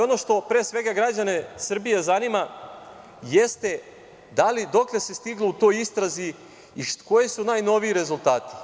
Ono što pre svega građane Srbije zanima, jeste - dokle se stiglo u toj istrazi i koji su najnoviji rezultati?